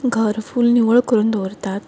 घर फूल निवळ करून दवरतात